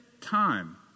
time